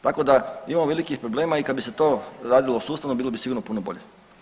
Tako da imamo velikih problema i kad bi se to radilo sustavno bilo bi sigurno puno bolje.